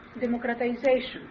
democratization